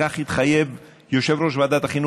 כך התחייב יושב-ראש ועדת החינוך,